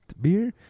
beer